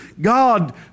God